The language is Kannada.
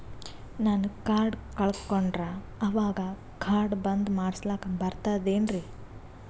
ನಾನು ಕಾರ್ಡ್ ಕಳಕೊಂಡರ ಅವಾಗ ಕಾರ್ಡ್ ಬಂದ್ ಮಾಡಸ್ಲಾಕ ಬರ್ತದೇನ್ರಿ?